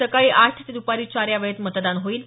सकाळी आठ ते द्पारी चार यावेळेत मतदान होईल